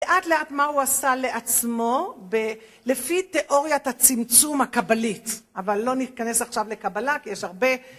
ולאט לאט מה הוא עשה לעצמו לפי תיאוריית הצמצום הקבלית, אבל לא ניכנס עכשיו לקבלה כי יש הרבה